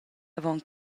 avon